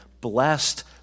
blessed